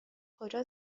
کجا